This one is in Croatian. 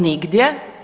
Nigdje.